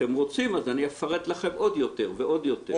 אתם רוצים אז אני אפרט לכם עוד יותר ועוד יותר,